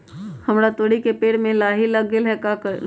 हमरा तोरी के पेड़ में लाही लग गेल है का करी?